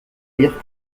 lire